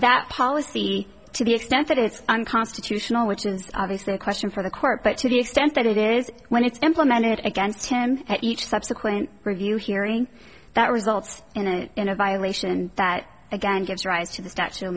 that policy to the extent that it's unconstitutional which is obviously a question for the court but to the extent that it is when it's implemented against him at each subsequent review hearing that results in an in a violent action that again gives rise to the statue